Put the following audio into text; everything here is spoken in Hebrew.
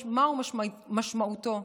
מהי משמעותו,